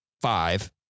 five